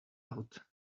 out